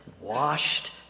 washed